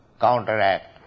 counteract